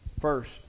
First